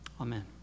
Amen